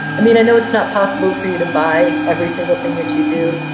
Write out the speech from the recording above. i mean, i know it's not possible for you to buy every single thing that you do.